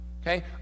Okay